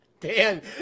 Dan